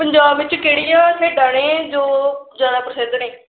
ਪੰਜਾਬ ਵਿੱਚ ਕਿਹੜੀਆਂ ਖੇਡਾਂ ਨੇ ਜੋ ਜ਼ਿਆਦਾ ਪ੍ਰਸਿੱਧ ਨੇ